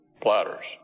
platters